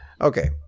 Okay